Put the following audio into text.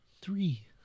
Three